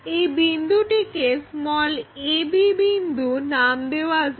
এই বিন্দুটিকে a b বিন্দু নাম দেওয়া যাক